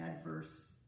adverse